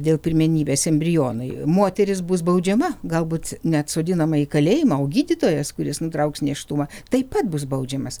dėl pirmenybės embrionui moteris bus baudžiama galbūt net sodinama į kalėjimą o gydytojas kuris nutrauks nėštumą taip pat bus baudžiamas